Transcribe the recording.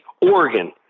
Oregon